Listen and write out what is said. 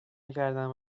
میکردم